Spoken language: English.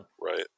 Right